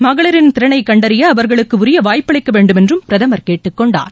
மகளிரின் திறனை கண்டறிய அவர்களுக்கு உரிய வாய்ப்பளிக்க வேண்டும் என்றும் பிரதம் கேட்டுக் கொண்டார்